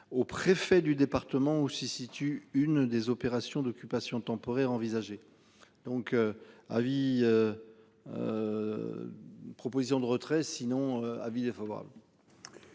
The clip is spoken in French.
au préfet du département où si situe une des opérations d'occupation temporaire envisagée donc. Avis. Proposition de retrait. Sinon, avis défavorable.